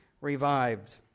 revived